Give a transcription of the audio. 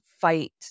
fight